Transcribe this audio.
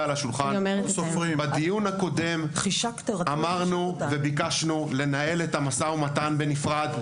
לוועדה כאן בשולחן בדיוק הקודם ביקשנו לנהל את המשא ומתן בנפרד,